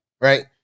right